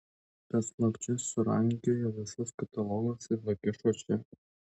tad slapčia surankiojo visus katalogus ir nukišo čia